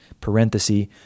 parenthesis